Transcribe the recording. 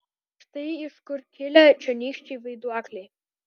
štai iš kur kilę čionykščiai vaiduokliai